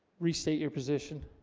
restate your position?